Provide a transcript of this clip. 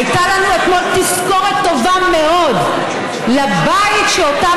הייתה לנו אתמול תזכורת טובה מאוד לבית שאותם